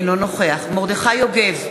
אינו נוכח מרדכי יוגב,